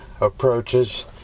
approaches